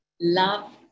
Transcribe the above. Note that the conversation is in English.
love